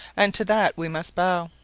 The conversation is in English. and to that we must bow.